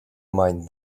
mind